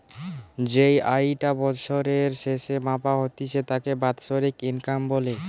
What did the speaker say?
যেই আয়ি টা বছরের স্যাসে মাপা হতিছে তাকে বাৎসরিক ইনকাম বলে